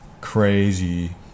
crazy